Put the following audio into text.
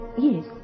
Yes